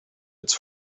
its